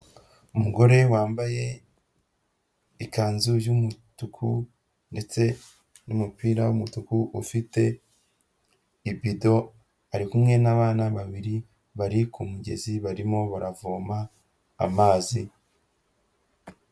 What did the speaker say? Umugore wambaye ikanzu y'umutuku ndetse n'umupira w'umutuku ufite ibido, ari kumwe n'abana babiri bari ku mugezi barimo baravoma amazi.